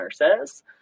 nurses